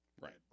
Right